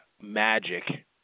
magic